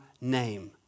name